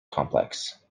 complex